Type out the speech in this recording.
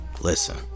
listen